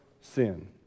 sin